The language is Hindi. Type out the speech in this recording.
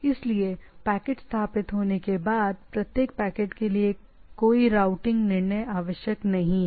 इसलिए पैकेट स्थापित होने के बाद प्रत्येक पैकेट के लिए कोई रूटिंग निर्णय आवश्यक नहीं है